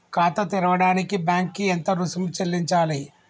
ఖాతా తెరవడానికి బ్యాంక్ కి ఎంత రుసుము చెల్లించాలి?